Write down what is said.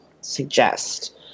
suggest